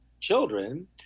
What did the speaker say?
children